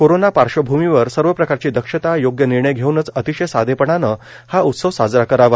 corona पार्श्वभूमीवर सर्व प्रकारची दक्षता योग्य निर्णय घेऊनच अतिशय साधेपणाने हा उत्सव साजरा करावा